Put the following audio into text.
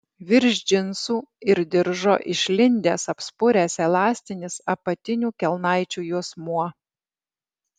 virš džinsų ir diržo išlindęs apspuręs elastinis apatinių kelnaičių juosmuo